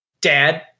Dad